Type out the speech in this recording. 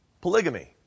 polygamy